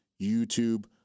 youtube